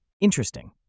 Interesting